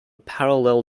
parallel